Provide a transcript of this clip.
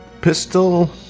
pistol